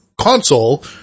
console